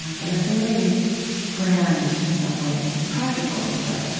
that are very grand in some ways practical, but